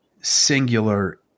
singular